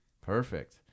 Perfect